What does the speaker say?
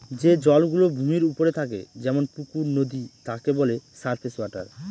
যে জল গুলো ভূমির ওপরে থাকে যেমন পুকুর, নদী তাকে বলে সারফেস ওয়াটার